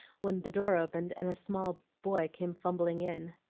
when the door opened and a small boy came fumbling in.